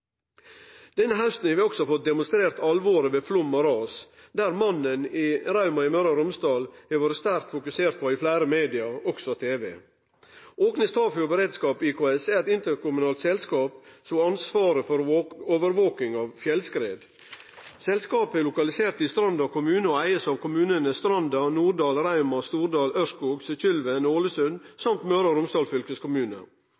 Denne hausten har vi også fått demonstrert alvoret ved flaum og ras, der det i fleire medium, også tv, har vore sterkt fokusert på Mannen i Rauma i Møre og Romsdal. Åknes/Tafjord Beredskap IKS er eit interkommunalt selskap som har ansvaret for overvaking av fjellskred. Selskapet er lokalisert i Stranda kommune og blir eigd av kommunane Stranda, Norddal, Rauma, Stordal, Ørskog, Sykkylven og Ålesund